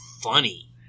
funny